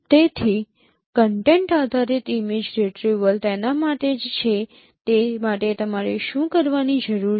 તેથી કન્ટેન્ટ આધારિત image retrieval તેના માટે જ છે તે માટે તમારે શું કરવાની જરૂર છે